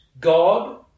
God